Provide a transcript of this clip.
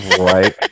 Right